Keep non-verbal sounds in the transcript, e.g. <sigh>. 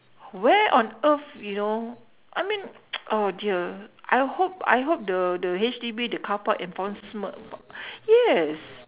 where on earth you know I mean <noise> oh dear I hope I hope the the H_D_B the car park enforcement yes